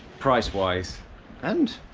price-wise and